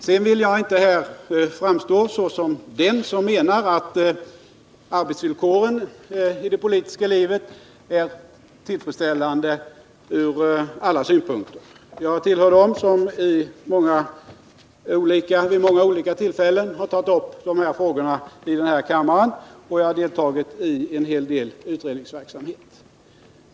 Jag vill här inte framstå som den som menar att arbetsvillkoren i det politiska livet är tillfredsställande ur alla synpunkter. Jag tillhör dem som vid många olika tillfällen har tagit upp de här frågorna i denna kammare, och jag har deltagit en hel del i utredningsverksamhet.